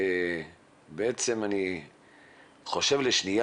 בעצם אני חושב לשניה